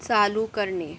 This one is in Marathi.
चालू करणे